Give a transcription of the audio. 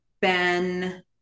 Ben